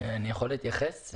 אני יכול להתייחס?